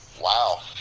Wow